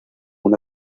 una